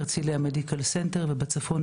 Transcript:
הרצליה מדיקל סנטר ובצפון,